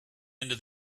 into